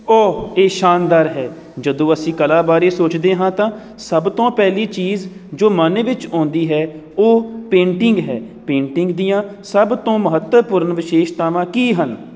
ਓਹ ਇਹ ਸ਼ਾਨਦਾਰ ਹੈ ਜਦੋਂ ਅਸੀਂ ਕਲਾ ਬਾਰੇ ਸੋਚਦੇ ਹਾਂ ਤਾਂ ਸਭ ਤੋਂ ਪਹਿਲੀ ਚੀਜ਼ ਜੋ ਮਨ ਵਿੱਚ ਆਉਂਦੀ ਹੈ ਉਹ ਪੇਂਟਿੰਗ ਹੈ ਪੇਂਟਿੰਗ ਦੀਆਂ ਸਭ ਤੋਂ ਮਹੱਤਵਪੂਰਨ ਵਿਸ਼ੇਸ਼ਤਾਵਾਂ ਕੀ ਹਨ